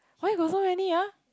why you got so many ah